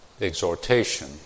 exhortation